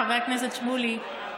חבר הכנסת שמולי,